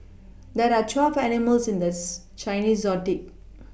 there are twelve animals in the Chinese zodiac